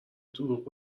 دروغ